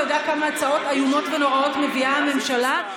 אתה יודע כמה הצעות איומות ונוראות מביאה הממשלה?